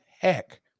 heck